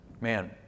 Man